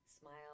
Smile